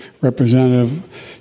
Representative